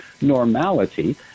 Normality